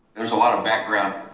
there's a lot of background.